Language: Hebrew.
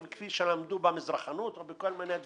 כפי שלמדו במזרחנות או בכל מיני מקומות.